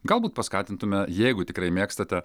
galbūt paskatintumėme jeigu tikrai mėgstate